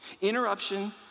Interruption